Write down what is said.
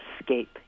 escape